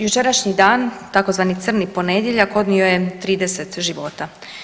Jučerašnji dan tzv. crni ponedjeljak odnio je 30 života.